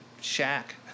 shack